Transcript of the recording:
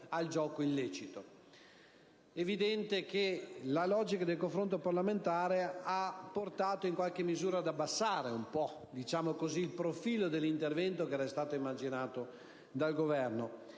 al gioco illecito. È evidente che la logica del confronto parlamentare ha portato in qualche misura ad abbassare un po' il profilo dell'intervento che era stato immaginato dal Governo,